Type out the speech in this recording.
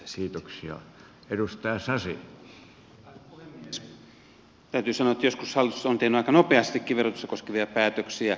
täytyy sanoa että joskus hallitus on tehnyt aika nopeastikin verotusta koskevia päätöksiä